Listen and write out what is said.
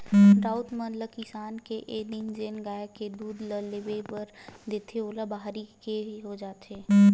राउत मन ल किसान ह एक दिन जेन गाय के दूद ल लेगे बर देथे ओला बरवाही केहे जाथे